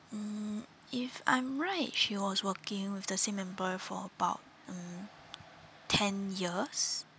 mm if I'm right she was working with the same employer for about mm ten years